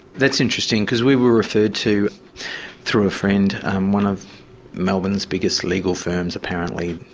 that's interesting, because we were referred to through a friend one of melbourne's biggest legal firms apparently.